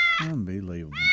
Unbelievable